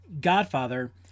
Godfather